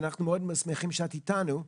אנחנו מאוד שמחים שאת איתנו.